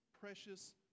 precious